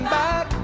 back